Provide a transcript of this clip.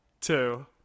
two